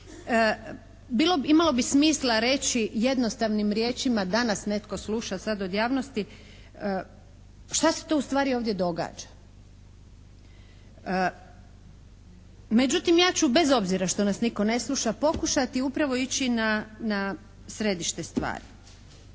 imalo bi smisla reći jednostavnim riječima da nas netko sluša sad od javnosti što se to u stvari ovdje događa. Međutim, ja ću bez obzira što nas nitko ne sluša pokušati upravo ići na središte stvari.